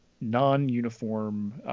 non-uniform